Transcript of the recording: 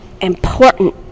important